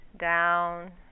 down